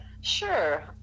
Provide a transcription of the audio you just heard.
Sure